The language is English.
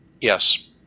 yes